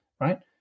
right